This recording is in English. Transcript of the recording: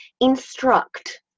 instruct